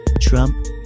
Trump